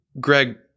Greg